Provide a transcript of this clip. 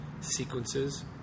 sequences